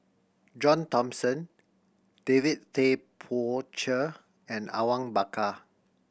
John Thomson David Tay Poey Cher and Awang Bakar